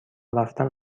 رفتن